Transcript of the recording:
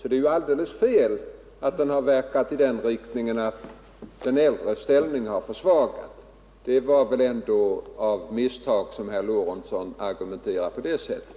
Det är alldeles fel, när herr Lorentzon påstår att lagen verkat i den riktningen att de äldres ställning har försvagats. Det var väl ändå av misstag herr Lorentzon argumenterade på det sättet.